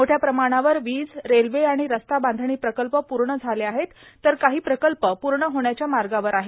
मोठ्या प्रमाणावर वीज रेल्वे आणि रस्ता बांधणी प्रकल्प पूर्ण झाले आहेत तर काही प्रकल्प पूर्ण होण्याच्या मार्गावर आहे